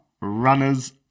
runners